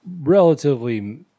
relatively